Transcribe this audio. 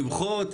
למחות,